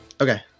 Okay